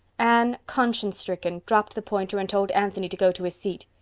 anne, conscience-stricken, dropped the pointer and told anthony to go to his seat.